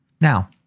Now